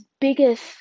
biggest